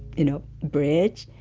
you know, bridge,